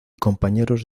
compañeros